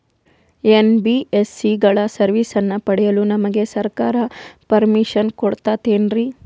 NBSC ಗಳ ಸರ್ವಿಸನ್ನ ಪಡಿಯಲು ನಮಗೆ ಸರ್ಕಾರ ಪರ್ಮಿಷನ್ ಕೊಡ್ತಾತೇನ್ರೀ?